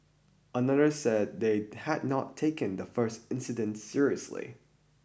another said they had not taken the first incident seriously